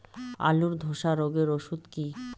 আলুর ধসা রোগের ওষুধ কি?